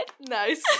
Nice